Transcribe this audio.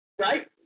Right